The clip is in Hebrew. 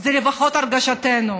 זו לפחות הרגשתנו.